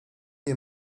nie